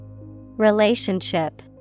Relationship